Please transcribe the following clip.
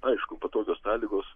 aišku patogios sąlygos